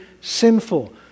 sinful